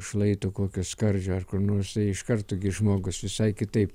šlaito kokio skardžio ar kur nors tai iš karto gi žmogus visai kitaip